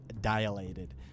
dilated